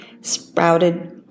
sprouted